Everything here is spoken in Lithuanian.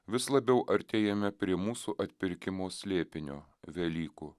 vis labiau artėjame prie mūsų atpirkimo slėpinio velykų